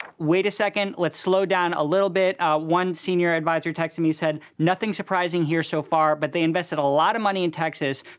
wait a second, let's slow down a little bit. one senior adviser texted me, said nothing surprising here so far. but they invested a lot of money in texas.